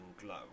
glow